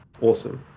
Awesome